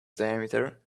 diameter